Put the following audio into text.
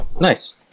nice